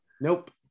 Nope